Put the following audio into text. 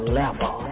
level